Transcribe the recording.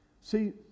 See